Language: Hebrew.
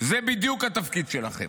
זה בדיוק התפקיד שלכם.